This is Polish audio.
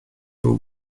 był